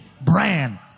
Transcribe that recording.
brand